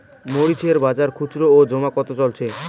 মরিচ এর বাজার খুচরো ও জমা কত চলছে?